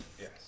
Yes